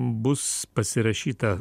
bus pasirašyta